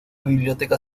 biblioteca